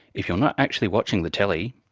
if you're not actually watching the telly,